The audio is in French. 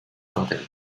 fontaine